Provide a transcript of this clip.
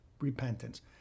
repentance